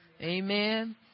Amen